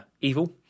evil